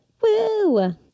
Woo